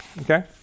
Okay